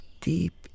deep